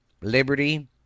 Liberty